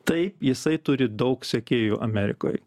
taip jisai turi daug sekėjų amerikoj